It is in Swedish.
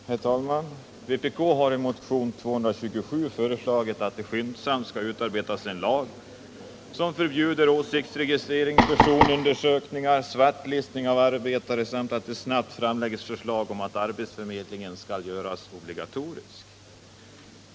Herr talman! Vpk har i motionen 1976/77:227 föreslagit att det skyndsamt skall utarbetas en lag som förbjuder åsiktsregistrering, personundersökning och svartlistning av arbetare samt att det snabbt framläggs förslag om att arbetsförmedlingen skall göras obligatorisk.